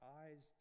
eyes